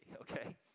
okay